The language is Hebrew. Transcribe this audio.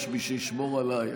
יש מי שישמור עליי,